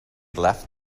left